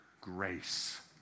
grace